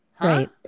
Right